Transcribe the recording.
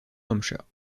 hampshire